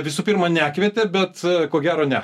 visų pirma nekvietė bet ko gero ne